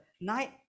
night